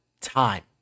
time